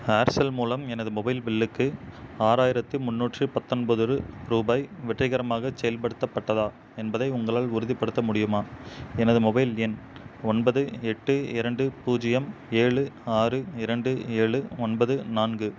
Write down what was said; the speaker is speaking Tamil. ஏர்செல் மூலம் எனது மொபைல் பில்லுக்கு ஆறாயிரத்தி முண்ணூற்றி பத்தொன்பது ரூபாய் வெற்றிகரமாகச் செயல்படுத்தப்பட்டதா என்பதை உங்களால் உறுதிப்படுத்த முடியுமா எனது மொபைல் எண் ஒன்பது எட்டு இரண்டு பூஜ்ஜியம் ஏழு ஆறு இரண்டு ஏழு ஒன்பது நான்கு